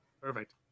Perfect